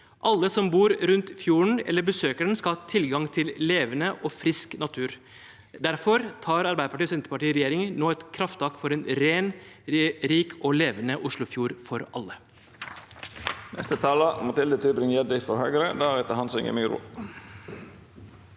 Alle som bor rundt fjorden eller besøker den, skal ha tilgang til levende og frisk natur. Derfor tar Arbeiderparti– Senterparti-regjeringen nå et krafttak for en ren, rik og levende oslofjord for alle.